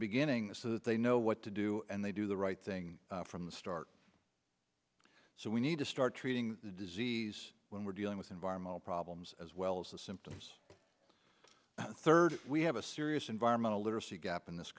beginning they know what to do and they do the right thing from the start so we need to start treating the disease when we're dealing with environmental problems as well as the symptoms third we have a serious environmental literacy gap in this